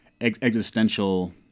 existential